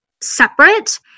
separate